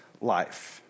life